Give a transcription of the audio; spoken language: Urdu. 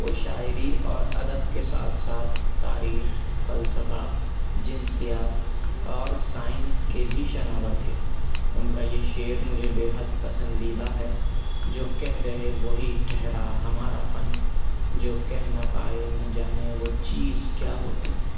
وہ شاعری اور ادب کے ساتھ ساتھ تاریخ فلسفہ جنسیات اور سائنس كے بھى شناور تھے اُن كا يہ شعر مجھے بےحد پسندیدہ ہے جو کہہ گئے وہی ٹھہرا ہمارا فن جو کہہ نہ پائے نہ جانے وہ چیز کیا ہوتی